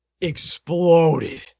exploded